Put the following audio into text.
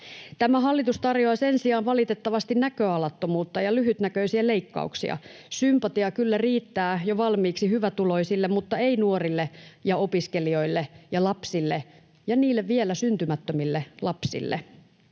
Tämä hallitus tarjoaa sen sijaan, valitettavasti, näköalattomuutta ja lyhytnäköisiä leikkauksia. Sympatiaa kyllä riittää jo valmiiksi hyvätuloisille, mutta ei nuorille ja opiskelijoille ja lapsille ja niille vielä syntymättömille lapsille.